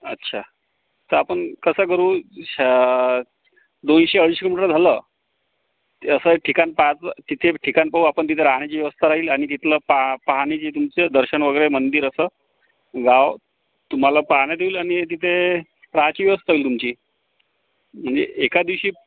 अच्छा तर आपण कसं करू शा दोनशे अडीचशे किलोमीटर झालं की असं एक ठिकाण पहायचं तिथे ठिकाण पाहू आपण तिथं राहण्याची व्यवस्था राहील आणि तिथलं पा पाहणी जी तुमचं दर्शन वगैरे मंदिर असं गाव तुम्हाला पाहण्यात येईल आणि तिथे राहायची व्यवस्था होईल तुमची म्हणजे एका दिवशी